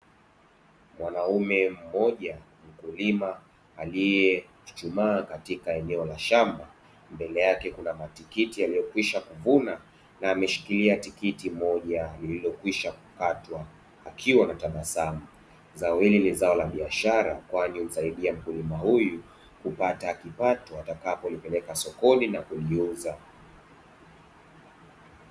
Mwanaume mmoja mkulima aliye chuchumaa katika eneo la shamba mbele yake kuna matikiti yaliyokwisha kuvuna na ameshikilia tikiti moja lililokwisha kukatwa akiwa anatabasamu zao hili ni zao la biashara kwani humsaidia mkulima huyu kupata kipato atakapolipeleka sokoni na kuliuza